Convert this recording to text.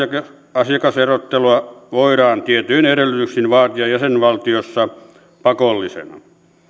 asiakaserottelua voidaan tietyin edellytyksin vaatia jäsenvaltiossa pakollisena